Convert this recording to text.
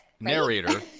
narrator